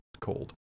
cold